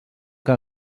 que